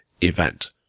event